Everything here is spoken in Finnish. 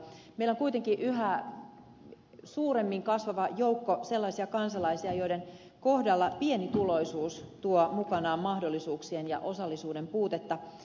meillä on kuitenkin yhä suuremmin kasvava joukko sellaisia kansalaisia joiden kohdalla pienituloisuus tuo mukanaan mahdollisuuksien ja osallisuuden puutetta